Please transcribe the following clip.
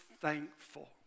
thankful